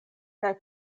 kaj